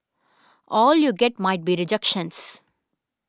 all you get might be rejections